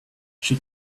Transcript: she